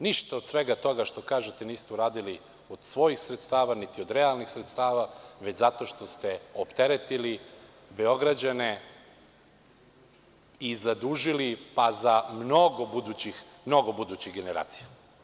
Ništa od svega toga što kažete niste uradili od svojih sredstava, niti od realnih sredstava, već zato što ste opteretili Beograđane i zadužili za mnogo budućih generacija.